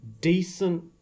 decent